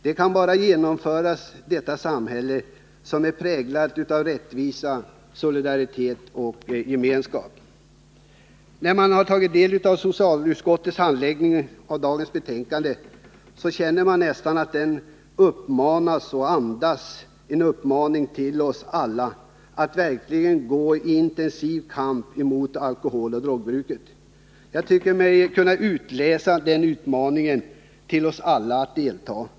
Detta kan bara genomföras i ett samhälle präglat av rättvisa, solidaritet och gemenskap. Efter att ha tagit del av socialutskottets betänkande känner man nästan att det andas en uppmaning till oss alla att verkligen gå i intensiv kamp mot alkoholoch drogbruk. Jag tycker mig kunna utläsa en utmaning till oss alla att delta iden kampen.